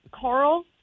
Carl